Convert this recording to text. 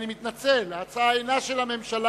אני מתנצל, ההצעה אינה של הממשלה.